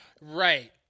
Right